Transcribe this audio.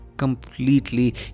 completely